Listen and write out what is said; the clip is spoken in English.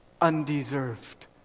undeserved